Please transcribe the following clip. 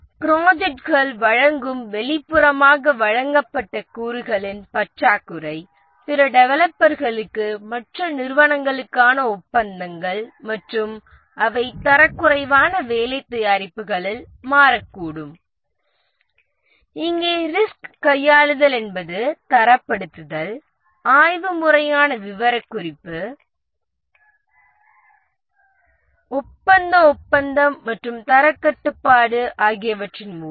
ப்ராஜெக்ட்கள் வழங்கும் வெளிப்புறமாக வழங்கப்பட்ட கூறுகளின் பற்றாக்குறை பிற டெவலப்பர்களுக்கு மற்ற நிறுவனங்களுக்கான ஒப்பந்தங்கள் மற்றும் அவை தரக்குறைவான வேலை தயாரிப்புகளில் மாறக்கூடும் இங்கே ரிஸ்க் கையாளுதல் என்பது தரப்படுத்தல் ஆய்வு முறையான விவரக்குறிப்பு ஒப்பந்த ஒப்பந்தம் மற்றும் தரக் கட்டுப்பாடு ஆகியவற்றின் மூலம்